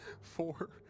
four